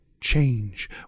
change